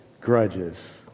grudges